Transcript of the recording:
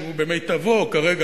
שהוא במיטבו כרגע,